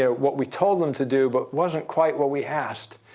ah what we told them to do, but wasn't quite what we asked?